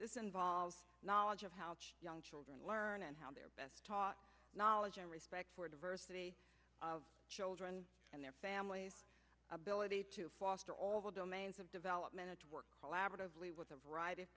this involves knowledge of how young children learn and how they are best taught knowledge and respect for diversity of children and their families ability to foster all domains of developmental work collaboratively with a variety of